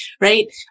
right